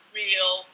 real